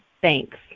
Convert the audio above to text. thanks